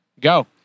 Go